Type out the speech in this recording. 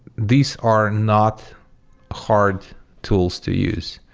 these are not hard tools to use.